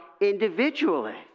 individually